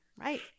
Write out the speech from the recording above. Right